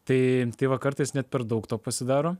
tai tai va kartais net per daug to pasidaro